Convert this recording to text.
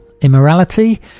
immorality